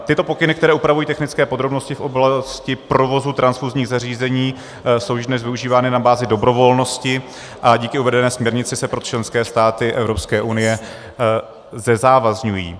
Tyto pokyny, které upravují technické podrobnosti v oblasti provozu transfuzních zařízení, jsou již dnes využívány na bázi dobrovolnosti a díky uvedené směrnici se pro členské státy Evropské unie zezávazňují.